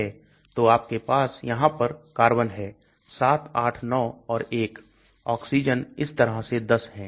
तो आपके पास यहां पर कार्बन है 789 और 1 ऑक्सीजन इस तरह से 10 हैं